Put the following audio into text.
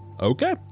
okay